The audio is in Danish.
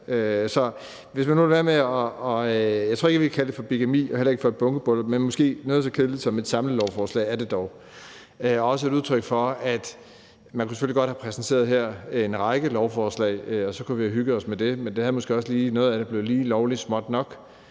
Jeg tror ikke, jeg ville kalde det for bigami og heller ikke for et bunkebryllup, men måske noget så kedeligt som et samlelovforslag. Selvfølgelig kunne man godt have præsenteret en række lovforslag, og så kunne vi have hygget os med det, men noget af det blev lige lovlig småt, og